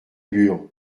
bur